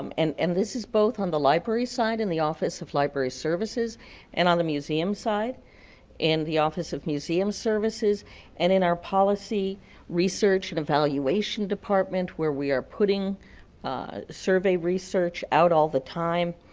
um and and this both on the library side in the office of library services and on the museum side in the office of museum services and in our policy research and evaluation department where we are putting survey research out all the time.